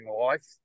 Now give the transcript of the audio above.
life